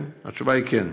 כן, התשובה היא כן.